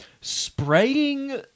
spraying